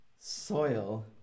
soil